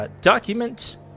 Document